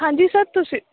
ਹਾਂਜੀ ਸਰ ਤੁਸੀਂ